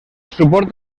suport